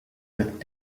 with